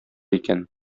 икән